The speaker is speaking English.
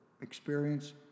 experience